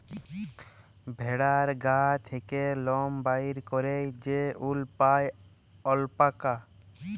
ভেড়ার গা থ্যাকে লম বাইর ক্যইরে যে উল পাই অল্পাকা